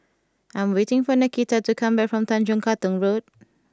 I am waiting for Nakita to come back from Tanjong Katong Road